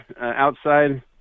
outside